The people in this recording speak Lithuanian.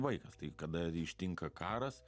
vaikas tai kada ištinka karas